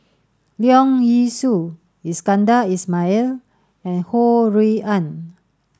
Leong Yee Soo Iskandar Ismail and Ho Rui An